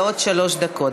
עד שלוש דקות.